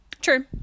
True